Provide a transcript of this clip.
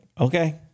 Okay